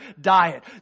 diet